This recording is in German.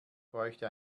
bräuchte